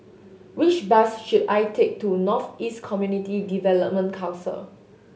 which bus should I take to North East Community Development Council